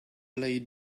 lay